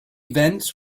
events